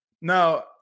now